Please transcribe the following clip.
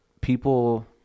people